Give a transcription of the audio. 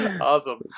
Awesome